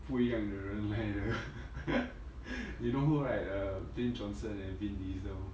不一样的人来的 you know who right the dwayne johnson and vin diesel